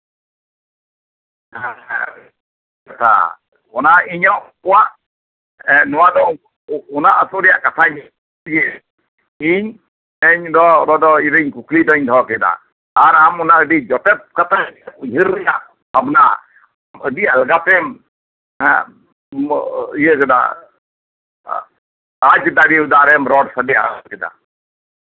ᱦᱮᱸ ᱦᱮᱸ ᱚᱱᱟᱫᱚ ᱤᱧᱟᱹᱜ ᱚᱲᱟᱜ ᱱᱚᱣᱟ ᱫᱚ ᱚᱱᱟ ᱟᱹᱛᱩ ᱨᱮᱭᱟᱜ ᱠᱟᱛᱷᱟ ᱜᱮ ᱤᱧ ᱫᱚ ᱚᱱᱟ ᱫᱚ ᱠᱩᱠᱞᱤ ᱠᱟᱹᱴᱤᱡ ᱫᱚᱦᱚ ᱠᱮᱫᱟ ᱟᱢ ᱚᱱᱟ ᱡᱚᱛᱷᱟᱛ ᱠᱟᱛᱮᱜ ᱩᱭᱦᱟᱹᱨ ᱢᱮᱦᱟᱜ ᱟᱨ ᱚᱱᱟ ᱟᱹᱰᱤ ᱟᱞᱜᱟ ᱛᱮᱢ ᱟᱸᱪ ᱫᱟᱲᱮᱭᱟᱫᱟ ᱟᱟᱨᱮᱢ ᱨᱚᱲ ᱥᱟᱰᱮ ᱠᱮᱫᱟ